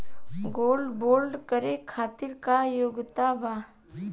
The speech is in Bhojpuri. गोल्ड बोंड करे खातिर का योग्यता बा?